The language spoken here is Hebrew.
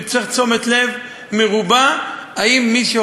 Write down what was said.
כי הוא צריך לתת תשומת לב מרובה,